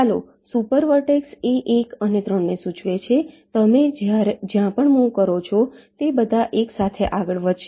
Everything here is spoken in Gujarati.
ચાલો સુપર વર્ટેક્ષ એ 1 અને 3 સૂચવે છે તમે જ્યાં પણ મુવ કરો છો તે બધા એકસાથે આગળ વધશે